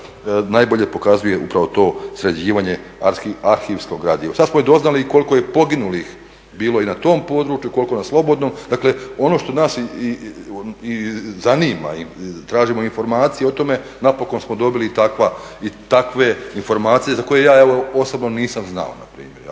najbolje pokazuje upravo to sređivanje arhivskog gradiva. Sad smo i doznali koliko je poginulih bilo i na tom području, koliko na slobodnom, dakle, ono što nas i zanima i tražimo informacije o tome, napokon smo dobili i takve informacije za koje ja osobno nisam znao, npr.